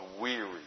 weary